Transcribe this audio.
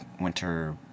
winter